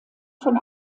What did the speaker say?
von